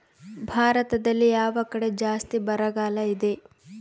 ಭಾರತದಲ್ಲಿ ಯಾವ ಕಡೆ ಜಾಸ್ತಿ ಬರಗಾಲ ಇದೆ?